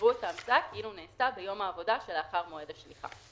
יראו את ההמצאה כאילו נעשתה ביום העבודה שלאחר מועד השליחה".